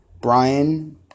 Brian